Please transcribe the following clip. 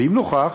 ואם נוכח